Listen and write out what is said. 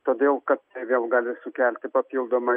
todėl kad tai vėl gali sukelti papildomai